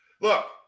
Look